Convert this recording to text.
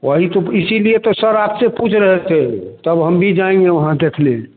वही तो इसीलिए तो सर आपसे पूछ रहे थे तब हम भी जाएंगे वहाँ देखने